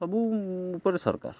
ସବୁ ଉପରେ ସରକାର